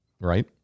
right